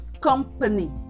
Company